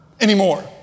anymore